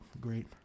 great